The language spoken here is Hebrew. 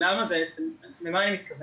למה אני מתכוונת?